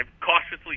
cautiously